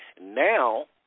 Now